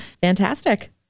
fantastic